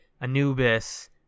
Anubis